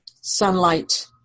sunlight